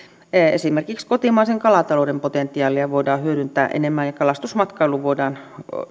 esimerkiksi kotimaisen kalatalouden potentiaalia voidaan hyödyntää enemmän ja kalastusmatkailun voidaan